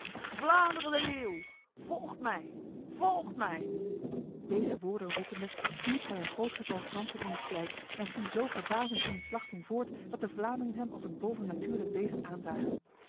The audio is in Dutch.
vlaanderen de leeuw volgt mij volgt mij deze woorden roepende wierp hij een groot getal fransen in het slijk en ging zo verbazend in de slachting voort dat de vlamingen hem als een bovennatuurlijk wezen aanzagen